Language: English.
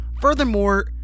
Furthermore